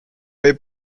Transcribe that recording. või